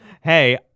hey